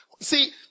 See